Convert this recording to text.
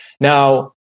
Now